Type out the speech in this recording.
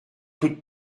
toutes